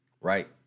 right